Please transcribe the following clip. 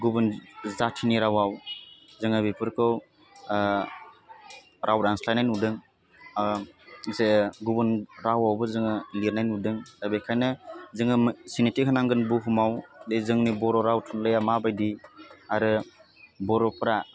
गुबुन जातिनि रावाव जोङो बेफोरखौ राव दानस्लायनाय नुदों जे गुबुन रावावबो जोङो लेरनाय नुदों दा बेखायनो जोङो सिनायथि होनांगोन बुहुमाव दे जोंनि बर राव थुनलाइया मा बायदि आरो बर'फ्रा